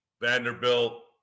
Vanderbilt